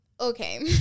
Okay